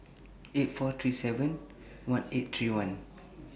eight four three seven one eight three one